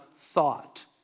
thought